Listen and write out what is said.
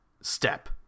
step